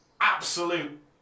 absolute